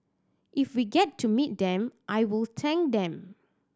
if we get to meet them I will thank them